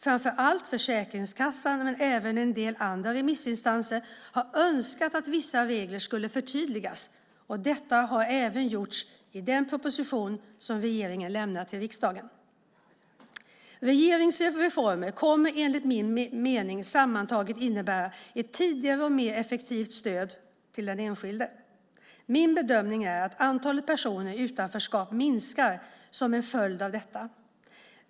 Framför allt Försäkringskassan men även en del andra remissinstanser har önskat att vissa regler skulle förtydligas, och detta har även gjorts i den proposition som regeringen lämnat till riksdagen. Regeringens reformer kommer enligt min mening sammantaget att innebära ett tidigare och mer effektivt stöd till den enskilde. Min bedömning är att antalet personer i utanförskap minskar som en följd av detta.